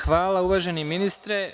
Hvala uvaženi ministre.